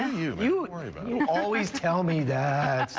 you always tell me that.